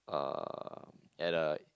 uh at a